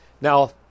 Now